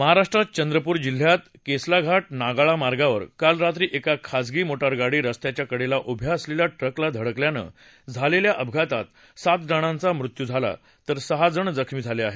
महाराष्ट्रात चंद्रपूर जिल्ह्यात केसलाघा आगाळा मार्गावर काल रात्री एक खाजगी मो िश्वेगाडी रस्त्याच्या कडेला उभ्या असलेल्या ट्रकला धडकल्यानं झालेल्या अपघातात सात जणांचा मृत्यू झाला तर सहा जण जखमी झाले आहेत